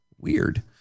Weird